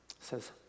says